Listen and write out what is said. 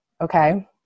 okay